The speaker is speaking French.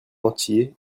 entier